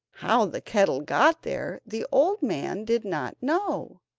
how the kettle got there the old man did not know,